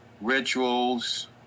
rituals